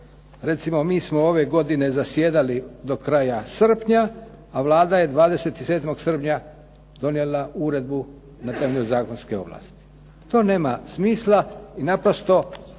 Recimo, mi smo ove godine zasjedali do kraja srpnja, a Vlada je 27. srpnja donijela uredba na temelju zakonske ovlasti. To nema smisla i naprosto